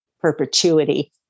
perpetuity